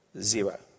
zero